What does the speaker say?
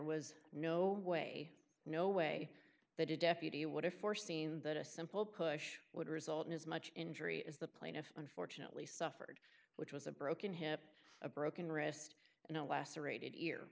was no way no way that a deputy would have foreseen that a simple push would result in as much injury as the plaintiff unfortunately suffered which was a broken hip a broken wrist and no lacerated